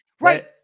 Right